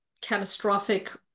catastrophic